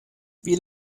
wir